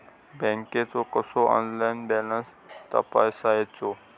बँकेचो कसो online balance तपासायचो?